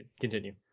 Continue